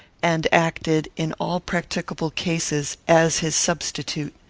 and acted, in all practicable cases, as his substitute.